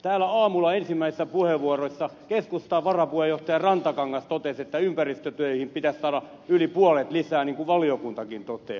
täällä aamulla ensimmäisissä puheenvuoroissa keskustan varapuheenjohtaja rantakangas totesi että ympäristötöihin pitäisi saada yli puolet lisää niin kuin valiokuntakin toteaa